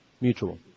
Mutual